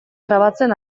grabatzen